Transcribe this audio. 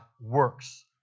works